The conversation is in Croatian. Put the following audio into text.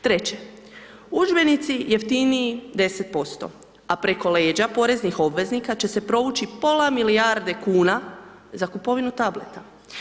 Treće, udžbenici jeftiniji 10% a preko leđa poreznih obveznika će se provući pola milijarde za kupovinu tableta.